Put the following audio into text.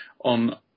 on